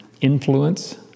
influence